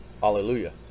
Hallelujah